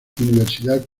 católica